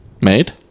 made